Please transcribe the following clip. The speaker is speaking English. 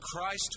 Christ